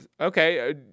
okay